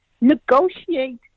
Negotiate